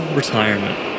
retirement